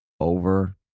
over